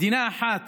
מדינה אחת